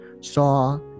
saw